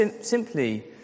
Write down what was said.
simply